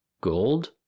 Gold